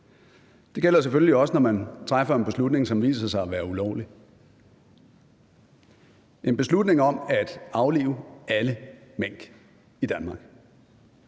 Det gælder selvfølgelig også, når man træffer en beslutning, som viser sig at være ulovlig, en beslutning om at aflive alle mink i Danmark;